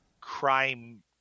Crime